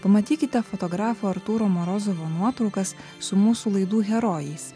pamatykite fotografo artūro morozovo nuotraukas su mūsų laidų herojais